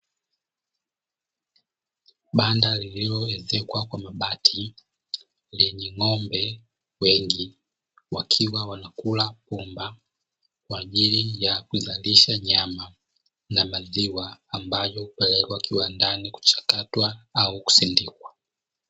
Banda lililoezekwa kwa mabati lenye ng'ombe wengi wakiwa wanakula pumba kwa ajili ya kuzalisha nyama na maziwa, ambayo hupelekwa kiwandani kwa ajili ya kuchakatwa na kusindikizwa.